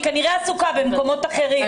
היא כנראה עסוקה במקומות אחרים.